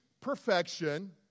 perfection